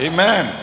Amen